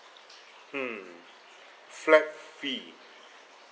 mm flat fee